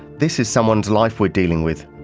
this is someone's life we're dealing with.